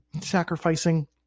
sacrificing